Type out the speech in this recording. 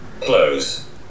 Close